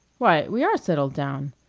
why, we are settled down.